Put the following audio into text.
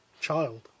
child